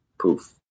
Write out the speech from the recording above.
poof